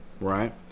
right